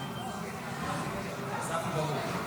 חזק וברוך.